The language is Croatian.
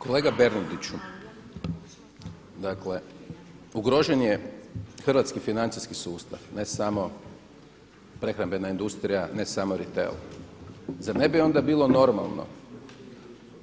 Kolega Bernardiću, dakle ugrožen je hrvatski financijski sustav, ne samo prehrambena industrija, ne samo … zar ne bi onda bilo normalno